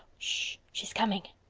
she's coming.